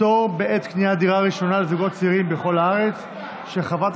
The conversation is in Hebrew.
ועדת הכספים, כספים.